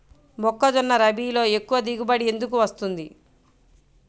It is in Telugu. మొక్కజొన్న రబీలో ఎక్కువ దిగుబడి ఎందుకు వస్తుంది?